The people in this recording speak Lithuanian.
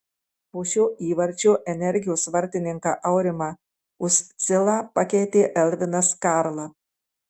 po šio įvarčio energijos vartininką aurimą uscilą pakeitė elvinas karla